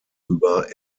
über